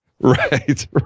Right